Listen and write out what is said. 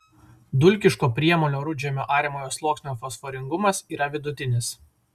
dulkiško priemolio rudžemio ariamojo sluoksnio fosforingumas yra vidutinis